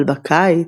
אבל בקיץ...